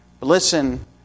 Listen